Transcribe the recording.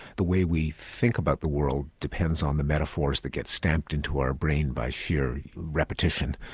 the way we think about the world depends on the metaphors that get stamped into our brain by sheer repetition.